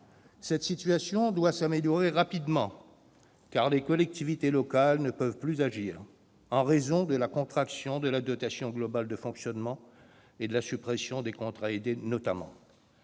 Cette situation doit s'améliorer rapidement, car les collectivités territoriales ne peuvent plus agir, en raison, notamment, de la contraction de la dotation globale de fonctionnement et de la suppression des contrats aidés.